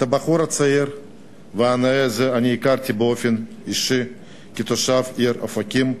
את הבחור הנאה הזה אני הכרתי באופן אישי כתושב העיר אופקים.